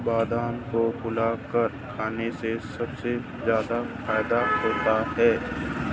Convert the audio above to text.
बादाम को फुलाकर खाने से सबसे ज्यादा फ़ायदा होता है